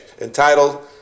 entitled